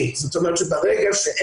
דקה דקה,